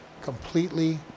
completely